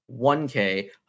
1K